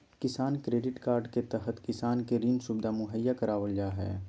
किसान credit card के तहत किसान के ऋण सुविधा मुहैया करावल जा हय